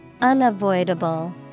Unavoidable